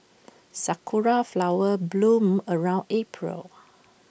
Sakura Flowers bloom around April